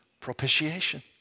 Propitiation